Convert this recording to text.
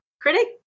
critic